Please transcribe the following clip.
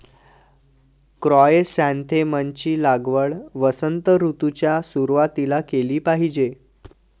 chrysanthemum ची लागवड वसंत ऋतूच्या सुरुवातीला केली पाहिजे